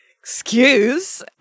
Excuse